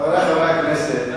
חברי חברי הכנסת,